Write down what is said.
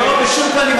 לא, בשום פנים.